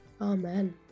amen